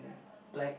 black